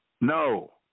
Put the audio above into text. No